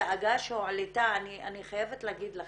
אני חייבת להגיד לכם,